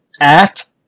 act